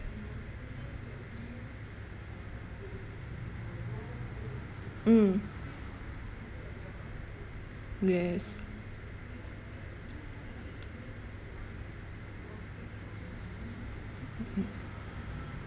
mm yes mm